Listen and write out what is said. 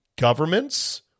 governments